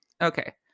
Okay